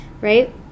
Right